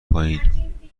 پایین